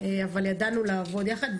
ידענו לעבוד יחד,